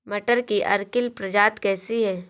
मटर की अर्किल प्रजाति कैसी है?